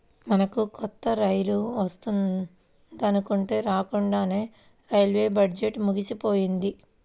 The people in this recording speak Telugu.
మనకు కొత్త రైలు వస్తుందనుకుంటే రాకండానే రైల్వే బడ్జెట్టు ముగిసిపోయింది